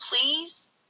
please